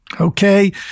Okay